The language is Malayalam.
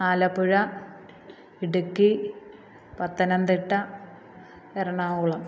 ആലപ്പുഴ ഇടുക്കി പത്തനംതിട്ട എറണാകുളം